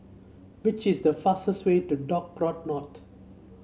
which is the fastest way to Dock Road North